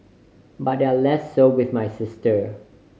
but they're less so with my sister